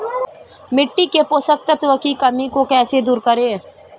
मिट्टी के पोषक तत्वों की कमी को कैसे दूर करें?